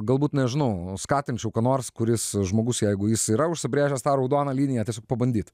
galbūt nežinau skatinčiau ką nors kuris žmogus jeigu jis yra užsibrėžęs tą raudoną liniją tiesiog pabandyt